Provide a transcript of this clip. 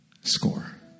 score